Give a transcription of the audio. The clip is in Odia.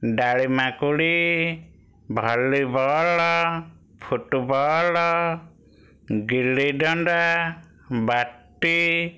ଡ଼ାଳିମାକୁଡ଼ି ଭଲିବଲ୍ ଫୁଟବଲ ଗିଲିଦଣ୍ଡା ବାଟି